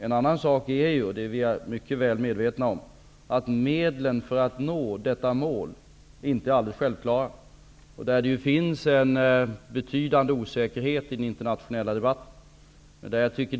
En annan sak är ju -- och det är vi mycket väl medvetna om -- att medlen för att nå detta mål inte är alldeles självklara. Det finns en betydande osäkerhet i den internationella debatten.